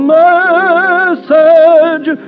message